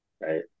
Right